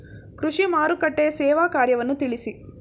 ಕೃಷಿ ಮಾರುಕಟ್ಟೆಯ ಸೇವಾ ಕಾರ್ಯವನ್ನು ತಿಳಿಸಿ?